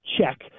Check